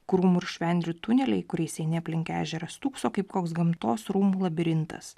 krūmų ir švendrių tuneliai kuriais eini aplink ežerą stūkso kaip koks gamtos rūmų labirintas